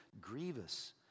grievous